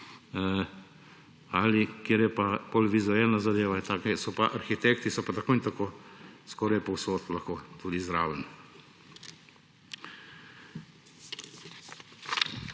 kjer je pa bolj vizualna zadeva, so pa arhitekti, so pa tako in tako skoraj povsod lahko tudi zraven.